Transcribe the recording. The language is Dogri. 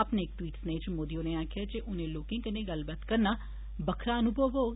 अपने इक ट्वीट स्नेह् च मोदी होरें आक्खेआ जे उनें लोकें कन्नै गल्लबात करना बखरा अनुभव होग